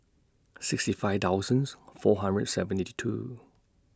sixty five thousands four hundred two